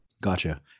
gotcha